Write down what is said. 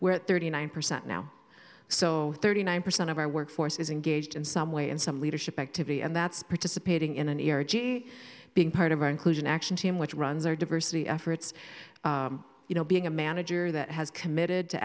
where thirty nine percent now so thirty nine percent of our workforce is engaged in some way in some leadership activity and that's participating in an area g being part of our inclusion action team which runs our diversity efforts you know being a manager that has committed to